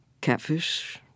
catfish